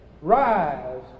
rise